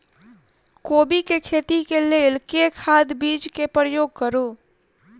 कोबी केँ खेती केँ लेल केँ खाद, बीज केँ प्रयोग करू?